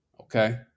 Okay